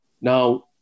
Now